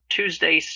Tuesday